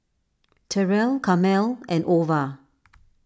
Terrell Carmel and Ova